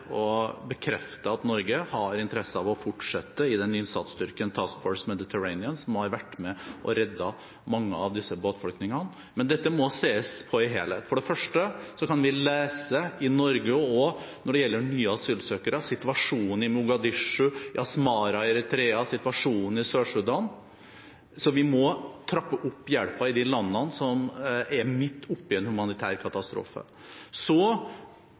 at Norge har interesse av å fortsette i innsatsstyrken Task Force Mediterranean, som har vært med på å redde mange av disse båtflyktningene. Men dette må ses på i sin helhet. For det første kan vi lese i Norge – også når det gjelder nye asylsøkere – om situasjonen i Mogadishu, i Asmara i Eritrea og i Sør-Sudan, så vi må trappe opp hjelpen i de landene som er midt oppe i en humanitær katastrofe.